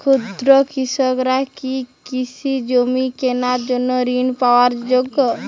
ক্ষুদ্র কৃষকরা কি কৃষিজমি কেনার জন্য ঋণ পাওয়ার যোগ্য?